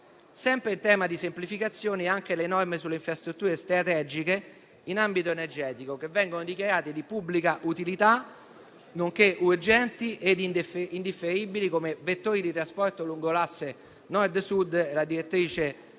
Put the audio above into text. Sempre in tema di semplificazioni, vanno ricordate anche le norme sulle infrastrutture strategiche in ambito energetico che vengono dichiarate di pubblica utilità nonché urgenti e indifferibili come vettori di trasporto lungo l'asse Nord-Sud e la direttrice dei